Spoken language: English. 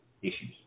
issues